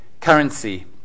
currency